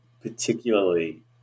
particularly